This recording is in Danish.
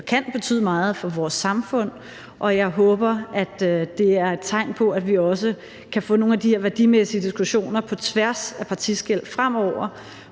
kan betyde meget for vores samfund. Jeg håber, at det er et tegn på, at vi også kan få nogle af de her værdimæssige diskussioner på tværs af partiskel fremover,